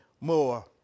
more